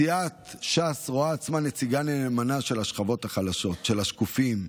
סיעת ש"ס רואה עצמה נציגה נאמנה של השכבות החלשות: של השקופים,